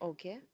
Okay